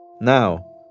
Now